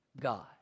God